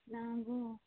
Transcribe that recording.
ना गो